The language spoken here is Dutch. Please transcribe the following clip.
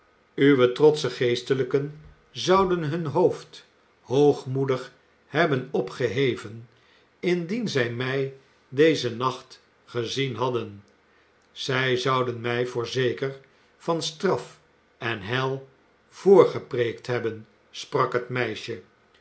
uwe trotsche geestelijken zouden hun hoofd hoogmoedig hebben opgeheven indien zij mij dezen nacht gezien hadden zij zouden mij voorzeker van straf en hel voorgepreekt hebben sprak het meisje